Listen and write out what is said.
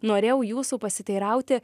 norėjau jūsų pasiteirauti